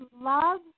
love